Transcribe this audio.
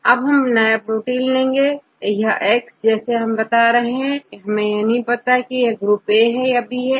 अब हम नया प्रोटीनX लेंगे हमें यह पता नहीं है कि यह ग्रुप A या B इसमें होगा